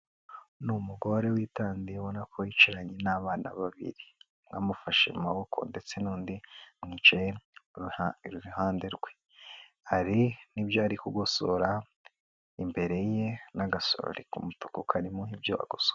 Ni umugore witandiye ubona ko yicaranye n'abana babiri, umwe amufashe mu maboko, ndetse n'undi amwicaye iruhande rwe, hari n'ibyo ari kugosora, imbere ye n'agasorori k'umutuku karimo ibyo agosora